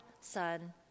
Son